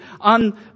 on